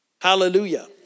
Hallelujah